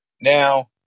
Now